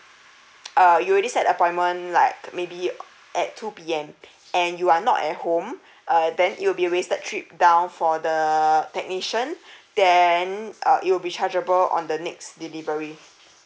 uh you already set appointment like maybe at two P_M and you are not at home uh then it will be wasted trip down for the technician then uh it will be chargeable on the next delivery